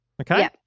Okay